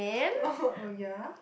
lol oh ya ah